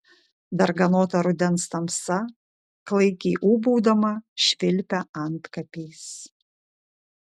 darganota rudens tamsa klaikiai ūbaudama švilpia antkapiais